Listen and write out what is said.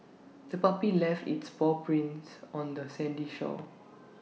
the puppy left its paw prints on the sandy shore